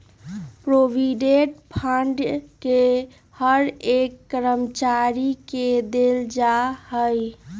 provident fund के हर एक कर्मचारी के देल जा हई